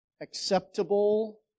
acceptable